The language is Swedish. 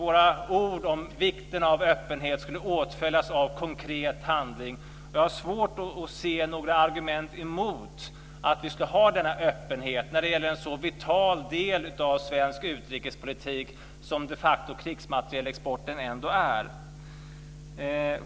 Våra ord om vikten av öppenhet skulle åtföljas av konkret handling. Jag har svårt att se några argument mot att vi ska ha denna öppenhet när det gäller en så vital del av svensk utrikespolitik som krigsmaterielexporten de facto är.